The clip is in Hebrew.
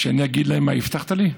שאני אגיד להם מה הבטחת לי?